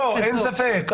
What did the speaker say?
אין ספק,